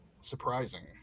Surprising